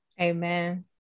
amen